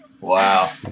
Wow